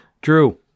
Drew